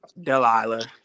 Delilah